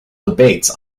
debates